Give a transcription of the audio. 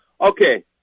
Okay